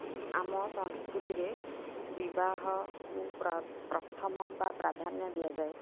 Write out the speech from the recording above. ଆମ ସଂସ୍କୃତିରେ ବିବାହକୁ ପ୍ରଥମ ବା ପ୍ରାଧାନ୍ୟ ଦିଆଯାଏ